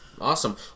Awesome